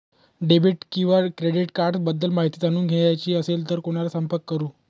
Debit किंवा credit cards बद्दल माहिती जाणून घ्यायची असेल तर कोणाला संपर्क करु?